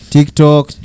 TikTok